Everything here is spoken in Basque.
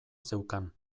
zeukan